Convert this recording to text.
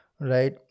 Right